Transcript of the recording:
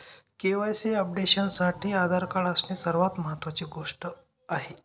KYC अपडेशनसाठी Aadhaar card असणे सर्वात महत्वाची गोष्ट आहे